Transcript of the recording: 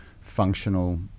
functional